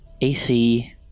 AC